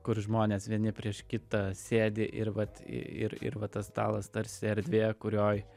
kur žmonės vieni prieš kitą sėdi ir vat ir ir va tas stalas tarsi erdvė kurioj